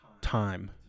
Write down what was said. time